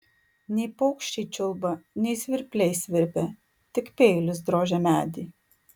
nei paukščiai čiulba nei svirpliai svirpia tik peilis drožia medį